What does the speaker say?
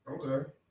Okay